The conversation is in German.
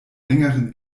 längeren